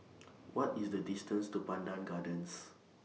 What IS The distance to Pandan Gardens